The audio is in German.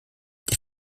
der